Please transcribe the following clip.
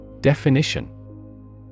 Definition